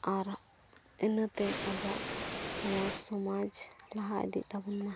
ᱟᱨ ᱤᱱᱟᱹᱛᱮ ᱟᱵᱚᱣᱟᱜ ᱱᱚᱣᱟ ᱥᱚᱢᱟᱡᱽ ᱞᱟᱦᱟ ᱤᱫᱤᱜ ᱛᱟᱵᱚᱱᱢᱟ